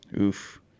Oof